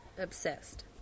obsessed